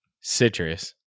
citrus